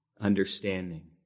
understanding